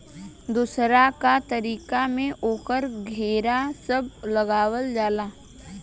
दोसरका तरीका में ओकर घेरा सब लगावल जाला